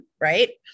right